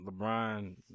Lebron